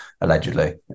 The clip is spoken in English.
allegedly